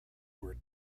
were